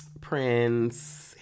Prince